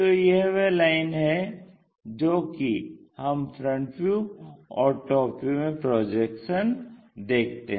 तो यह वह लाइन हैं जो कि हम फ्रंट व्यू और टॉप व्यू में प्रोजेक्शन देखते हैं